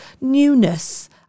newness